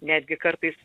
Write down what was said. netgi kartais